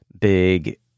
big